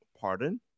Pardon